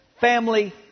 family